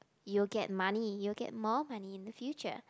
you get money you get more money in the future